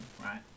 right